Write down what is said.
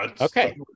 Okay